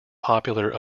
popular